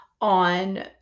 on